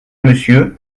monsieur